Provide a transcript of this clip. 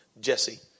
Jesse